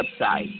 website